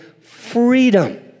freedom